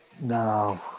No